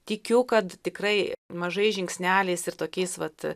tikiu kad tikrai mažais žingsneliais ir tokiais vat